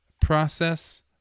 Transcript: process